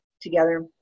together